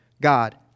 God